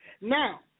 Now